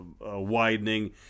widening